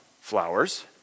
Flowers